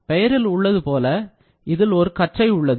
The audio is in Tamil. பெயரில் உள்ளது போல இதில் ஒரு கற்றை உள்ளது